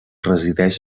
resideix